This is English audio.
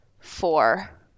four